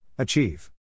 Achieve